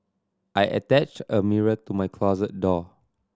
I attached a mirror to my closet door